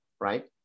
Right